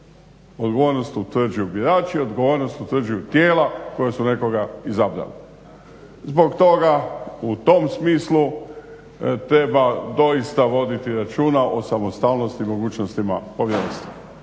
Odgovornost utvrđuju birači, odgovornost utvrđuju tijela koja su nekoga izabrala. Zbog toga u tom smislu treba doista voditi računa o samostalnosti i mogućnostima povjerenstva.